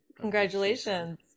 Congratulations